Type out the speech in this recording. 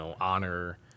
honor